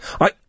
I-